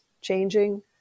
changing